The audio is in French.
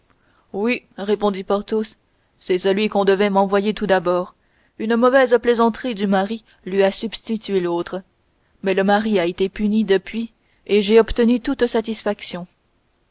oui répondit porthos c'est celui qu'on devait m'envoyer tout d'abord une mauvaise plaisanterie du mari lui a substitué l'autre mais le mari a été puni depuis et j'ai obtenu toute satisfaction